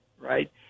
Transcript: right